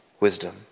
wisdom